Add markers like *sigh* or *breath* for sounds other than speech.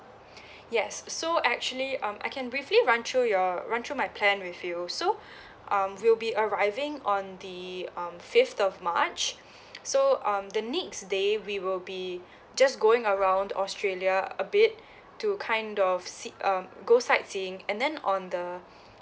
*breath* yes so actually um I can briefly run through your run through my plan with you so *breath* um we'll be arriving on the um fifth of march so um the next day we will be just going around australia a bit to kind of see um go sightseeing and then on the